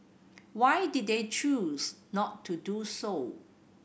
why did they choose not to do so